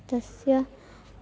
तस्य